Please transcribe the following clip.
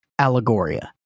Allegoria